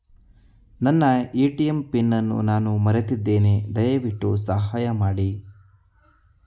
ನನ್ನ ATM pin ಅನ್ನು ನಾನು ಮರೆತಿದ್ದೇನೆ, ದಯವಿಟ್ಟು ಸಹಾಯ ಮಾಡಿ